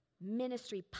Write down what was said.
ministry